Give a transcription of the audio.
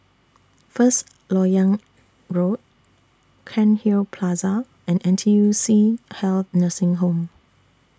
First Lok Yang Road Cairnhill Plaza and N T U C Health Nursing Home